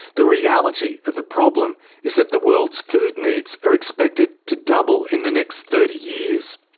the reality of the problem is that the world's food needs are expected to double in the next thirty years.